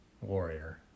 Warrior